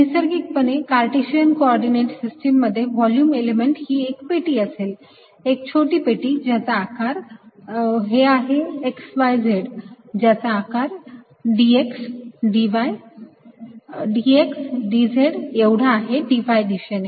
नैसर्गिकपणे Cartesian coordinate system मध्ये volume element ही एक पेटी असेल एक छोटी पेटी ज्याचा आकार हे आहे x y z ज्यांचा आकार dx dz एवढा आहे dy दिशेने